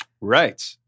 Right